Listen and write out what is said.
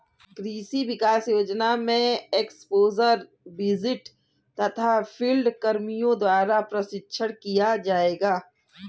कृषि विकास योजना में एक्स्पोज़र विजिट तथा फील्ड कर्मियों द्वारा प्रशिक्षण किया जाएगा